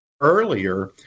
earlier